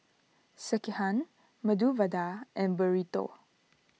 Sekihan Medu Vada and Burrito